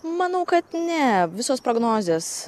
manau kad ne visos prognozės